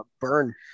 burn